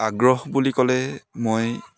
আগ্ৰহ বুলি ক'লে মই